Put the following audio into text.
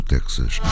Texas